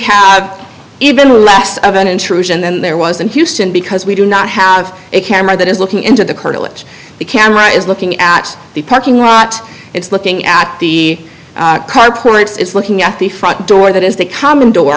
have even less of an intrusion then there was in houston because we do not have a camera that is looking into the curtilage the camera is looking at the parking lot it's looking at the car price is looking at the front door that is the common